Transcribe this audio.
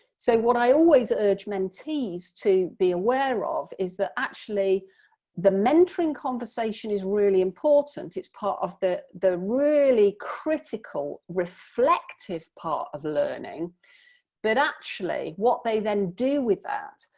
so what i always urge mentees to be aware of is that actually the mentoring conversation is really important, it's part of the the really critical reflective part of learning but actually what they then do with that,